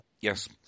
Yes